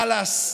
חלאס,